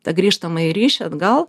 tą grįžtamąjį ryšį atgal